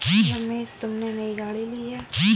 रमेश तुमने नई गाड़ी ली हैं